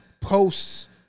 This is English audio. posts